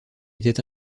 était